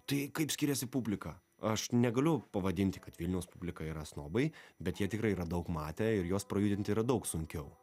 tai kaip skiriasi publika aš negaliu pavadinti kad vilniaus publika yra snobai bet jie tikrai yra daug matę ir juos prajudint yra daug sunkiau